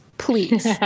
please